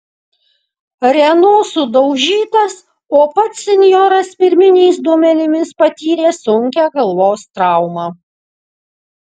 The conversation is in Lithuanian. renault sudaužytas o pats senjoras pirminiais duomenimis patyrė sunkią galvos traumą